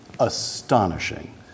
Astonishing